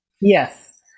Yes